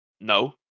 No